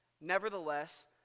nevertheless